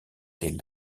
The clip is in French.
des